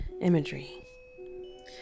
imagery